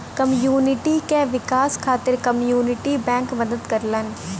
community क विकास खातिर कम्युनिटी बैंक मदद करलन